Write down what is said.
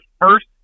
first